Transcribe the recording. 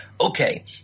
Okay